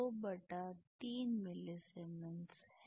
तो यह ⅓ मिलीसीमेंस⅔ है